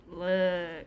look